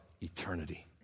eternity